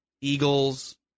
Eagles